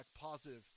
positive